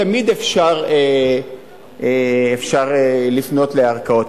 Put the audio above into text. תמיד אפשר לפנות לערכאות,